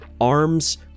arms